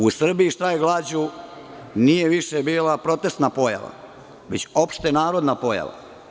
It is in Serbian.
U Srbiji štrajk glađu nije više bila protestna pojava, već opštenarodna pojava.